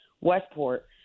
Westport